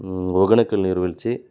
ஒகேனக்கல் நீர்வீழ்ச்சி